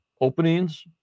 openings